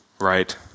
right